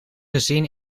gezien